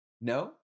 No